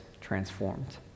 transformed